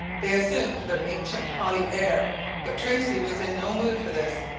they assumed their ancient haughty air but tracy was in no mood for this.